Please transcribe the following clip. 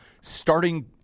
starting